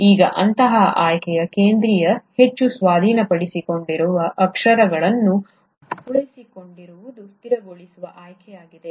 ಈಗ ಅಂತಹ ಆಯ್ಕೆಯು ಕೇಂದ್ರೀಯ ಹೆಚ್ಚು ಸ್ವಾಧೀನಪಡಿಸಿಕೊಂಡಿರುವ ಅಕ್ಷರಗಳನ್ನು ಉಳಿಸಿಕೊಂಡಿರುವುದು ಸ್ಥಿರಗೊಳಿಸುವ ಆಯ್ಕೆಯಾಗಿದೆ